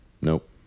Nope